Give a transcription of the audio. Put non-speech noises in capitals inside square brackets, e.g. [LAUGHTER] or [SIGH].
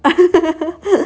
[LAUGHS]